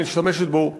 והיא משתמשת בו לרעה,